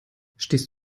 stehst